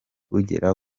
bugera